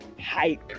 hype